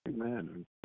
Amen